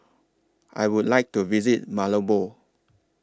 I Would like to visit Malabo